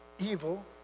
evil